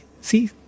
see